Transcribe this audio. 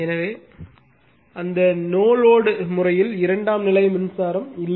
எனவே அந்த no load முறையில் இரண்டாம் நிலை மின்சாரம் இல்லை